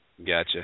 Gotcha